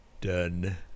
Done